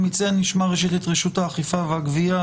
אני מציע שנשמע ראשית את רשות האכיפה והגבייה,